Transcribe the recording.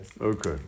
Okay